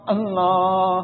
Allah